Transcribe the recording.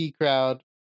crowd